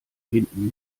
hinten